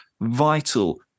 vital